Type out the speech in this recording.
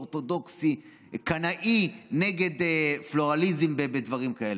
אורתודוקסי וקנאי נגד פלורליזם ודברים כאלה.